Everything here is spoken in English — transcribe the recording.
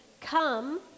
come